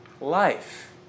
life